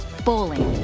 bowling.